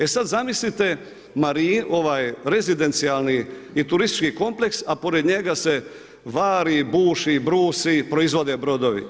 E sad zamislite marinu, ovaj rezidencijalni i turistički kompleks a pored njega se vari, buši, brusi, proizvode brodovi.